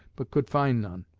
but could find none.